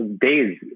days